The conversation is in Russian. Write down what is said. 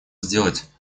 сделать